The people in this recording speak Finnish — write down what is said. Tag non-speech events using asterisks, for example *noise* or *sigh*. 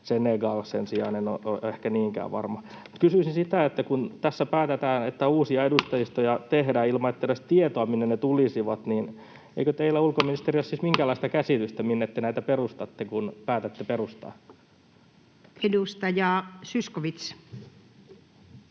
Senegalista sen sijaan en ole ehkä niinkään varma. Kysyisin, kun päätetään, että uusia edustustoja *noise* tehdään ilman, että on edes tietoa siitä, minne ne tulisivat: *noise* eikö teillä, ulkoministeri, ole siis minkäänlaista käsitystä siitä, minne te näitä perustatte, kun päätätte perustaa? Edustaja Zyskowicz.